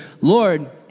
Lord